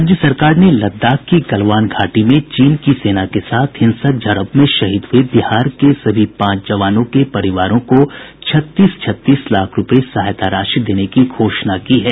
राज्य सरकार ने लद्दाख की गलवान घाटी में चीन की सेना के साथ हिंसक झड़प में शहीद हये बिहार के सभी पांच जवानों के परिवारों को छत्तीस छत्तीस लाख रूपये सहायता राशि देने की घोषणा की है